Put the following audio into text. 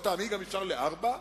ולטעמי אפשר גם ל-4,